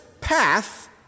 path